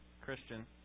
Christian